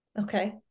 okay